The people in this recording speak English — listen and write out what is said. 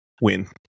win